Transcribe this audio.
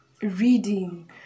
reading